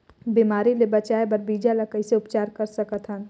बिमारी ले बचाय बर बीजा ल कइसे उपचार कर सकत हन?